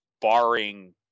barring